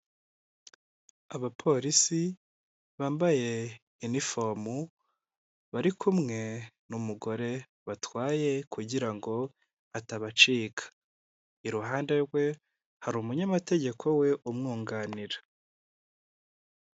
Abapolisi bambaye nifomu, bari kumwe n'umugore batwaye kugira ngo atabacika. Iruhande rwe hari umunyamategeko we umwunganira.